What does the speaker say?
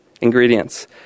ingredients